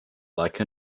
like